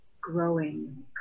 growing